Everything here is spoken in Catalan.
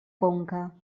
conca